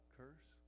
curse